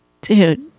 Dude